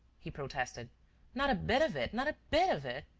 he protested not a bit of it, not a bit of it!